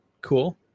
cool